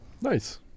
Nice